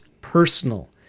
personal